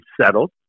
settled